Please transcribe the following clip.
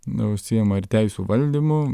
užsiima ir teisių valdymu